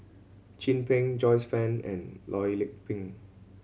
Chin Peng Joyce Fan and Loh Lik Peng